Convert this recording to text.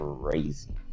crazy